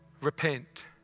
repent